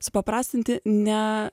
supaprastinti ne